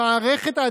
המערכת,